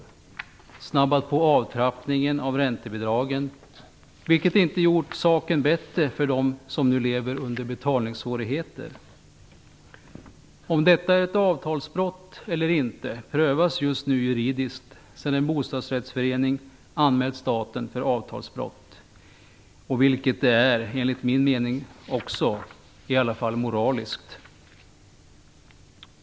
Man har snabbat på avtrappningen av räntebidragen, vilket inte gjort saken bättre för dem som nu lever under betalningssvårigheter. Om detta är avtalsbrott eller inte prövas just nu juridiskt sedan en bostadsrättsförening anmält staten för avtalsbrott, något som det enligt min mening också är, i varje fall moraliskt.